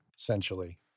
Essentially